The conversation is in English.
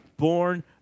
born